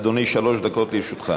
אדוני, שלוש דקות לרשותך.